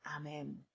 Amen